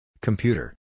Computer